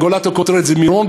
גולת הכותרת זה מירון,